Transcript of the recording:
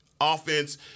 offense –